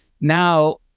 Now